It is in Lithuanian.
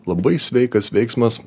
labai sveikas veiksmas